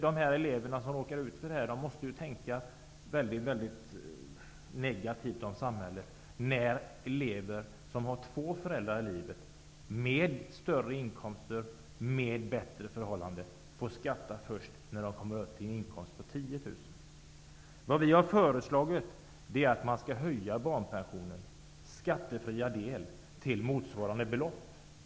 De barn som råkar ut för det här måste tänka mycket negativt om samhället när deras kamrater som har två föräldrar i livet -- familjen har därigenom större inkomster och bättre ekonomiska förhållanden -- får skatta först när de kommer upp i en inkomst på 10 000 kr. Vi har föreslagit att man skall höja barnpensionens skattefria del till motsvarande belopp.